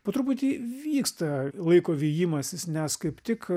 po truputį vyksta laiko vijimasis nes kaip tik